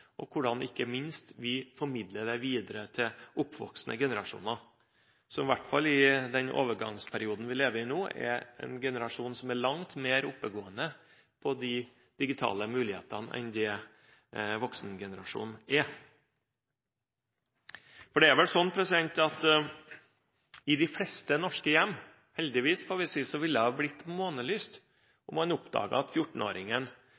etikken, hvordan vi forankrer verdiene våre, og, ikke minst, hvordan vi formidler dette videre til oppvoksende generasjoner. I hvert fall i den overgangsperioden vi lever i nå, har vi en oppvoksende generasjon som er langt mer oppegående når det gjelder de digitale mulighetene, enn det voksengenerasjonen er. I de fleste norske hjem – heldigvis, får vi si – ville det blitt månelyst